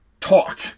talk